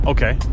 Okay